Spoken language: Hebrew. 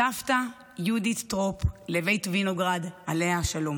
סבתא יהודית טרופ לבית וינוגרד, עליה השלום,